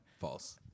False